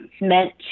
meant